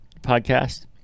podcast